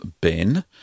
Ben